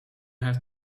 have